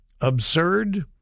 Absurd